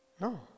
No